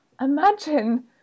Imagine